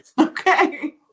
Okay